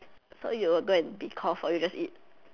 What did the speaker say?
so you'll go and be cough or you just eat